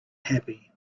happy